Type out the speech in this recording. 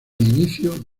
inicio